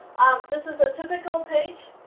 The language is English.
this is a typical page